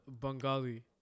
Bengali